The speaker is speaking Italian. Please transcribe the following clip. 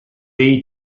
dei